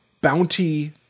bounty